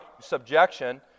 subjection